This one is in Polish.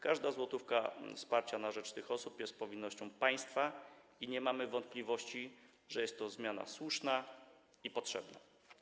Każda złotówka wsparcia na rzecz tych osób jest powinnością państwa i nie mamy wątpliwości, że jest to zmiana słuszna i potrzebna.